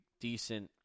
decent